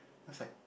then I was like